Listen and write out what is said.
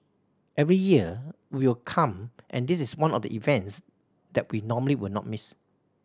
every year we will come and this is one of the events that we normally will not miss